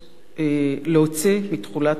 להוציא מתחולת החוק